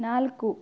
ನಾಲ್ಕು